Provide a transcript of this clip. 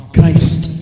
Christ